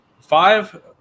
five